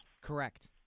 Correct